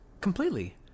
Completely